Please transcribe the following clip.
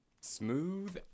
Smooth